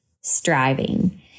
striving